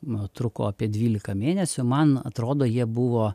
na truko apie dvylika mėnesių man atrodo jie buvo